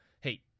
hey